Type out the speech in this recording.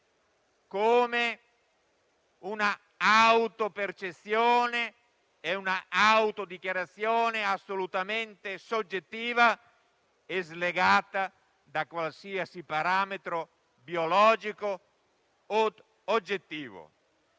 come una autopercezione e una autodichiarazione assolutamente soggettiva e slegata da qualsiasi parametro biologico od oggettivo.